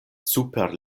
super